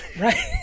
right